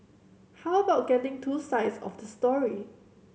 how about getting two sides of the story